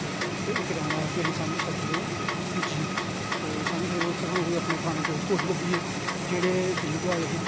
ते इक टैम आया कि असीं सांझी छत्त पुज्जी गे ते सांझी छत्त ते असेंगी अपने कोई पराने दोस्त होर बी लब्भी गे जेह्ड़े दिल्ली तो आए दे हे